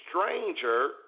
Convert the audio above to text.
stranger